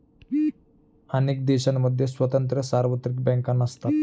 अनेक देशांमध्ये स्वतंत्र सार्वत्रिक बँका नसतात